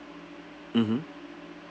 mmhmm